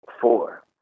Four